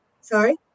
Sorry